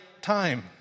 time